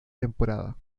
temporada